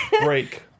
Break